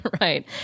right